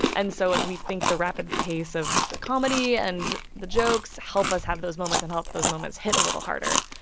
and so we think the rapid pace of the comedy and the jokes help us have those moments and help those moments hit a little harder.